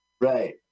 Right